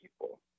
people